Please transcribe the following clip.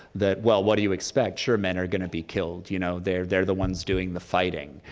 that, well, what do you expect? sure, men are gonna be killed? you know they're they're the ones doing the fighting.